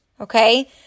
Okay